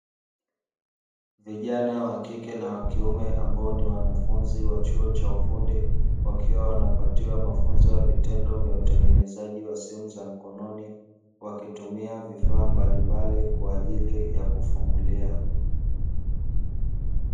Vijana wa kike na wa kiume ambao ni wanafunzi wa chuo cha ufundi, wakiwa wanapatiwa mafunzo ya vitendo vya utengenezaji wa simu za mkononi, wakitumia vifaa mbalimbali kwa ajili ya kufungulia.